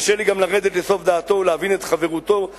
קשה לי גם לרדת לסוף דעתו ולהבין את חבירתו